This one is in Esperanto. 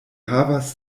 havas